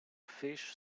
fish